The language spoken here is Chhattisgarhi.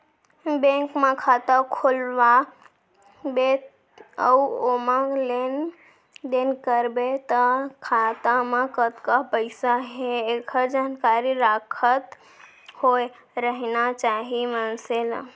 बेंक म खाता खोलवा बे अउ ओमा लेन देन करबे त खाता म कतका पइसा हे एकर जानकारी राखत होय रहिना चाही मनसे ल